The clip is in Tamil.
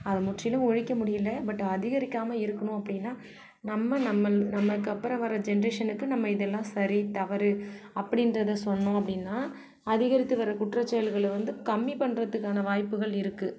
அதை முற்றிலும் ஒழிக்க முடியலை பட் அதிகரிக்காமல் இருக்கணும் அப்படின்னா நம்ம நம்மள் நம்மளுக்கு அப்புறம் வர ஜென்ரேஷனுக்கு நம்ம இதெல்லாம் சரி தவறு அப்படின்றதை சொன்னோம் அப்படின்னா அதிகரித்து வர குற்ற செயல்கள் வந்து கம்மி பண்ணுகிறதுக்கான வாய்ப்புகள் இருக்குது